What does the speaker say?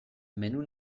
menu